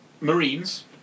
Marines